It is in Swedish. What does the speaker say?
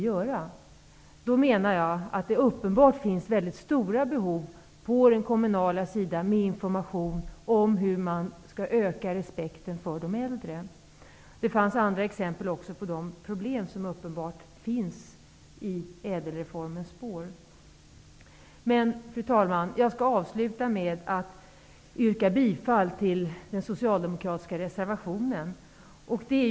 Jag menar att det uppenbarligen finns stora behov på den kommunala sidan av information som kan öka respekten för de äldre. Det gavs också andra exempel på de problem som finns i ÄDEL-reformens spår. Fru talman! Jag skall avsluta med att yrka bifall till den socialdemokratiska reservationen.